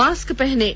mask पहनें